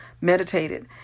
meditated